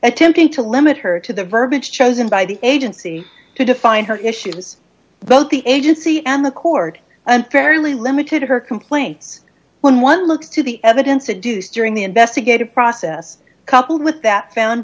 attempting to limit her to the verbiage chosen by the agency to define her issues both the agency and the court unfairly limited her complaints when one looks to the evidence it duz during the investigative process coupled with that found